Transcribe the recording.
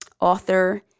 Author